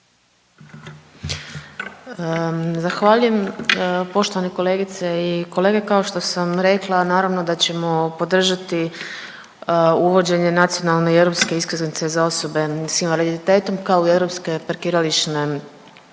Zahvaljujem. Poštovani kolegice i kolege kao što sam rekla naravno da ćemo podržati uvođenje nacionalne i europske iskaznice za osobe s invaliditetom kao i europske parkirališne